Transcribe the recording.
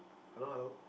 hello hello